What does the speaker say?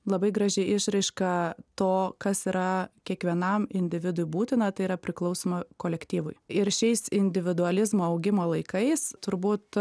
labai graži išraiška to kas yra kiekvienam individui būtina tai yra priklausoma kolektyvui ir šiais individualizmo augimo laikais turbūt